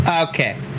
Okay